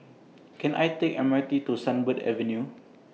Can I Take M R T to Sunbird Avenue